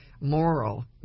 moral